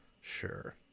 Sure